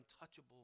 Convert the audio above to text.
untouchable